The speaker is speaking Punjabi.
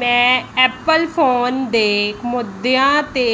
ਮੈਂ ਐਪਲ ਫ਼ੋਨ ਦੇ ਮੁੱਦਿਆਂ 'ਤੇ